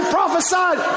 prophesied